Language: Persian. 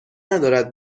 ندارد